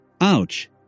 Ouch